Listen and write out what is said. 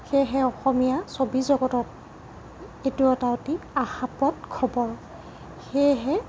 সেয়েহে অসমীয়া ছবি জগতত এইটো এটা অতি আশাপ্ৰদ খবৰ সেয়েহে